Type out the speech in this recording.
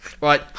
Right